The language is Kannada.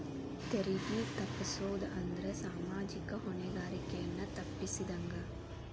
ತೆರಿಗೆ ತಪ್ಪಸೊದ್ ಅಂದ್ರ ಸಾಮಾಜಿಕ ಹೊಣೆಗಾರಿಕೆಯನ್ನ ತಪ್ಪಸಿದಂಗ